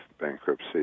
bankruptcy